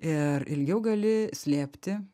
ir ilgiau gali slėpti